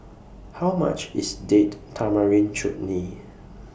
How much IS Date Tamarind Chutney